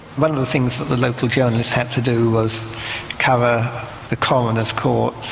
one of the things local journalists had to do was cover the coroner's courts